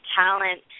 talent